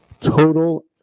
total